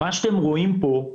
מה שאתם רואים פה,